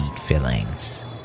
fillings